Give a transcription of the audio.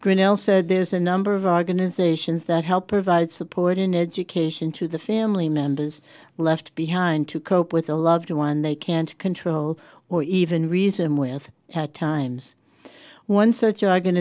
grinnell said there's a number of organizations that help provide support and education to the family members left behind to cope with a loved one they can't control or even reason with at times one